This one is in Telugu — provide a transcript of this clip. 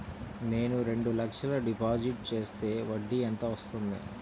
నేను రెండు లక్షల డిపాజిట్ చేస్తే వడ్డీ ఎంత వస్తుంది?